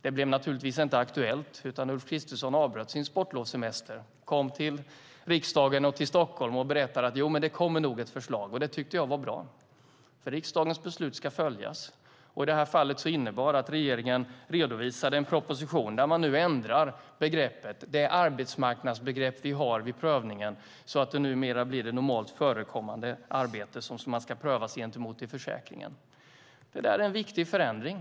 Det blev naturligtvis inte aktuellt utan Ulf Kristersson avbröt sin sportlovssemester, kom till Stockholm och riksdagen och berättade att det nog kommer ett förslag. Det tyckte jag var bra, för riksdagens beslut ska följas. I det här fallet innebar det att regeringen redovisade en proposition där man ändrar det arbetsmarknadsbegrepp vi har vid prövningen så att det blir normalt förekommande arbete som man ska prövas gentemot i försäkringen. Det där är en viktig förändring.